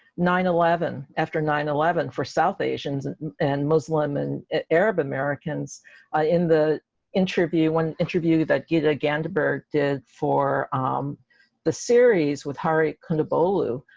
nine eleven, after nine eleven for south asians and muslim and arab americans ah in the interview when interview that geeta gandbhir did for um the series with hari kondabolu,